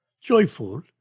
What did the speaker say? joyful